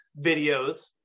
videos